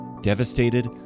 devastated